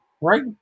right